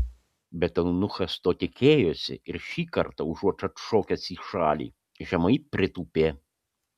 bet eunuchas to tikėjosi ir šį kartą užuot atšokęs į šalį žemai pritūpė